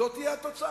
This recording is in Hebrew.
זאת תהיה התוצאה.